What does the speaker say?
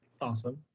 Awesome